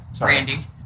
Randy